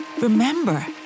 Remember